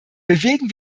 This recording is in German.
bewegen